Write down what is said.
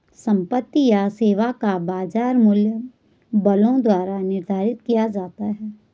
संपत्ति या सेवा का बाजार मूल्य बलों द्वारा निर्धारित किया जाता है